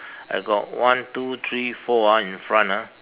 I got one two three four ah in front ah